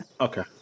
Okay